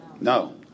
No